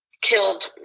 killed